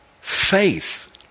faith